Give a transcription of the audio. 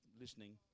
listening